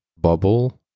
bubble